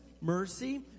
mercy